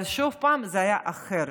אבל שוב, זה היה אחרת.